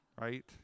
right